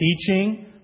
Teaching